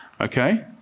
Okay